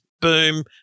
boom